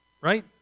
right